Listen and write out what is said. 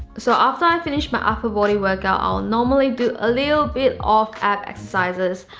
so after i finished my upper body workout, i'll normally do a little bit of ab exercises.